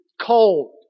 cold